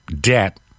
debt